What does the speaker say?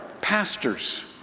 pastors